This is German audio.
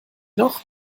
noch